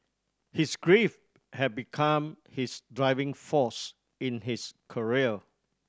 his grief had become his driving force in his career